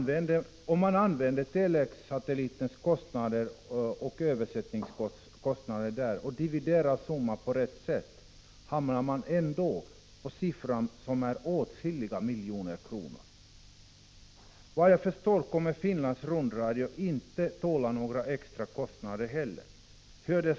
Om man räknar ihop Tele-X-satellitens kostnader och översättningskostnaderna och dividerar summan på rätt sätt hamnar man ändå på en kostnad på åtskilliga miljoner kronor. Vad jag förstår kommer Finlands rundradio inte att tåla några extrakostnader heller.